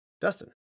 Dustin